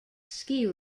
ski